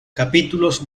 capítulos